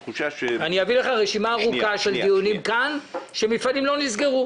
אביא לך רשימה ארוכה של דיונים כאן שבעקבותיהם מפעלים לא נסגרו.